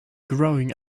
growing